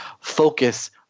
focus